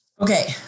okay